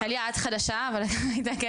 טליה, את חדשה אבל כן.